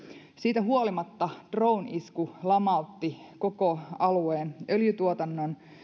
siitä huolimatta drone isku lamautti koko alueen öljyntuotannon